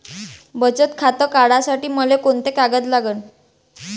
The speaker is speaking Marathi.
बचत खातं काढासाठी मले कोंते कागद लागन?